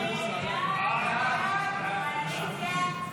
הסתייגות 37 לחלופין ב לא נתקבלה.